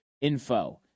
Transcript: info